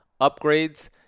upgrades